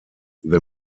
the